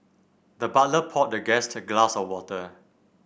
the butler poured the guest a glass of water